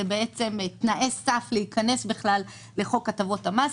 זה בעצם תנאי סף להיכנס בכלל לחוק הטבות המס,